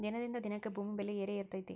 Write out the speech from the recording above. ದಿನದಿಂದ ದಿನಕ್ಕೆ ಭೂಮಿ ಬೆಲೆ ಏರೆಏರಾತೈತಿ